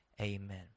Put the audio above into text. Amen